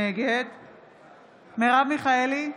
נגד מרב מיכאלי,